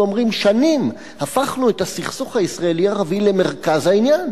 ואומרים: שנים הפכנו את הסכסוך הישראלי ערבי למרכז העניין.